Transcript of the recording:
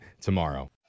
tomorrow